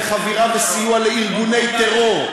וחבירה וסיוע לארגוני טרור,